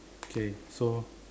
okay so